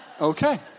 okay